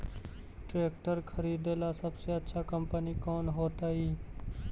Tractor खरीदेला सबसे अच्छा कंपनी कौन होतई?